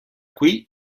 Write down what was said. qui